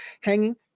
hanging